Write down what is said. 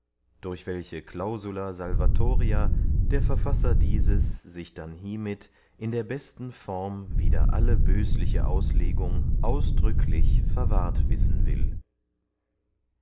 durch welche clausula salvatoria der verfasser dieses sich dann hiemit in der besten form wider alle bösliche auslegung ausdrücklich verwahrt wissen will